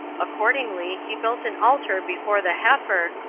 accordingly he built an altar before the heifer,